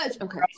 Okay